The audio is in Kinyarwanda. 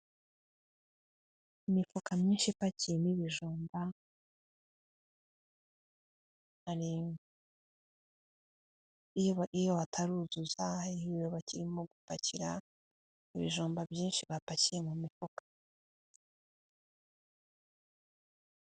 Imifuka myinshi ipakiyemo ibijumba, hari iyo batariruzuza, bakirimo gupakira ibijumba byinshi bapakiye mu mifuka.